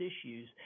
issues